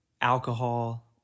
alcohol